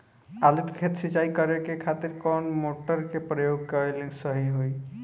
आलू के खेत सिंचाई करे के खातिर कौन मोटर के प्रयोग कएल सही होई?